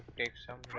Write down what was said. make some